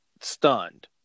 stunned